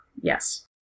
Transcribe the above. Yes